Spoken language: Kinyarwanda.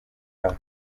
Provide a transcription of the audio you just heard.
aha